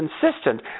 consistent